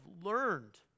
learned